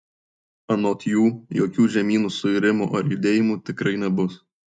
anot jų jokių žemynų suirimų ar judėjimų tikrai nebus